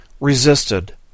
resisted